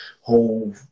whole